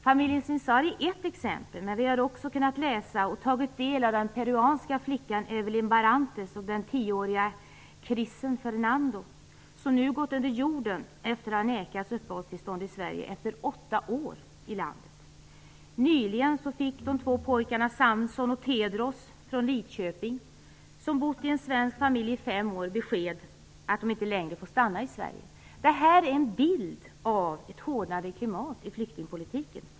Familjen Sincari är ett exempel, men vi har också kunnat läsa om och tagit del av den peruanska flicka Evelyn Barrantes och den tioåriga Chrisen Fernando, som nu har gått under jorden efter att ha nekats uppehållstillstånd i Sverige efter åtta år i landet. Nyligen fick de båda pojkarna Samson och Tedros från Lidköping, som bott i en svensk familj i fem år, beskedet att de inte får stanna i Sverige längre. Det här är en bild av ett hårdnande klimat i flyktingpolitiken.